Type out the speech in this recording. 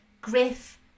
Griff